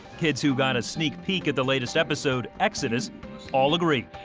kids who got a sneak peak at the latest episode exodus all agree.